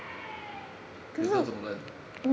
有这种人